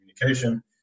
communication